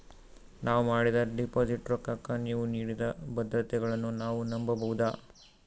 ನಾವು ಮಾಡಿದ ಡಿಪಾಜಿಟ್ ರೊಕ್ಕಕ್ಕ ನೀವು ನೀಡಿದ ಭದ್ರತೆಗಳನ್ನು ನಾವು ನಂಬಬಹುದಾ?